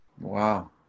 Wow